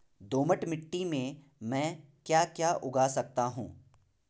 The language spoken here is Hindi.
दोमट मिट्टी में म ैं क्या क्या उगा सकता हूँ?